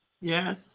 Yes